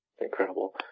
Incredible